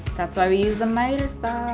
that's why we used the miter saw.